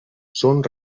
són